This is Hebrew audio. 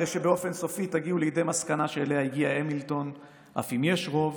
הרי שבאופן סופי תגיעו לידי מסקנה שאליה הגיע המילטון: "אף אם יש רוב